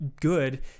good